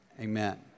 amen